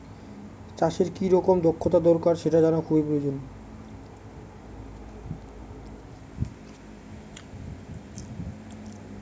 চাষের কি রকম দক্ষতা দরকার সেটা জানা খুবই প্রয়োজন